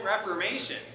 Reformation